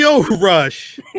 Rush